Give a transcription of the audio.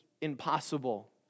impossible